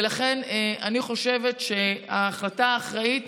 לכן, אני חושבת שההחלטה האחראית